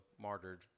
martyred